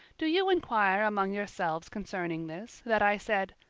do you inquire among yourselves concerning this, that i said,